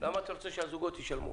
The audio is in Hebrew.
למה אתה רוצה שהזוגות ישלמו?